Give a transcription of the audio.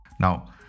Now